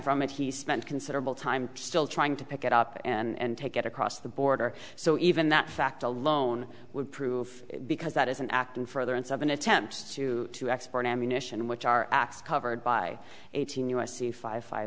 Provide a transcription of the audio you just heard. from it he spent considerable time still trying to pick it up and take it across the border so even that fact alone would proof because that is an act in furtherance of an attempt to to export ammunition which are covered by eighteen us c five five